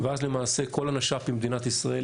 ואז למעשה כל הנש"פים במדינת ישראל,